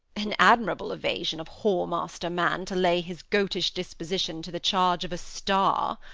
an admirable evasion of whore-master man, to lay his goatish disposition to the charge of a star!